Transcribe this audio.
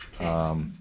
Okay